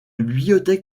bibliothèque